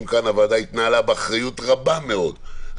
הוועדה התנהלה כאן באחריות רבה מאוד,